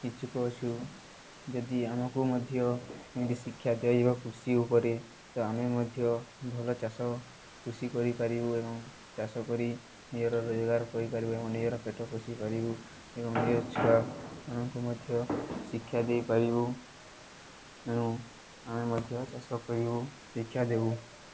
ଇଚ୍ଛୁକ ଅଛୁ ଯଦି ଆମକୁ ମଧ୍ୟ ଏମିତି ଶିକ୍ଷା ଦେବା କୃଷି ଉପରେ ତ ଆମେ ମଧ୍ୟ ଭଲ ଚାଷ କୃଷି କରିପାରିବୁ ଏବଂ ଚାଷ କରି ନିଜର ରୋଜଗାର କରିପାରିବୁ ଏବଂ ନିଜର ପେଟ ପୋଷିପାରିବୁ ଏବଂ ନିଜ ଛୁଆମାନଙ୍କୁ ମଧ୍ୟ ଶିକ୍ଷା ଦେଇପାରିବୁ ଏବଂ ଆମେ ମଧ୍ୟ ଚାଷ କରିବୁ ଶିକ୍ଷା ଦେବୁ